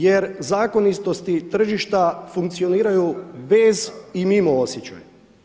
Jer zakonitosti tržišta funkcioniraju bez i mimo osjećaja.